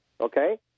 okay